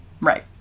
Right